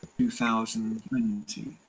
2020